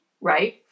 right